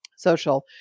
social